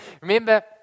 Remember